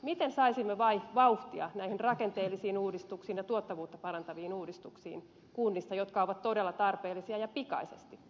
miten saisimme kunnissa vauhtia näihin rakenteellisiin uudistuksiin ja tuottavuutta parantaviin uudistuksiin jotka ovat todella tarpeellisia ja pikaisesti